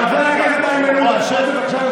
חבר הכנסת גנאים, תודה.